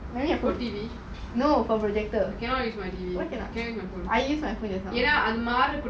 என்ன அது மாற கூடாது:enna athu maara kudathu audio இந்து வந்து என்னோடது:inthu vanthu enodathu specific eh